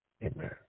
Amen